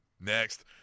next